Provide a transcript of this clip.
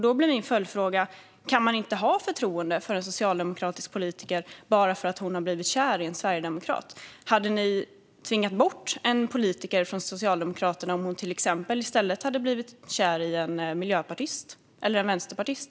Då blir min följdfråga till Patrik Björck: Kan man inte ha förtroende för en socialdemokratisk politiker bara på grund av att hon har blivit kär i en sverigedemokrat? Hade ni tvingat bort en politiker från Socialdemokraterna om hon i stället hade blivit kär i till exempel en miljöpartist eller en vänsterpartist?